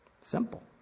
Simple